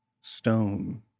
stone